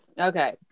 okay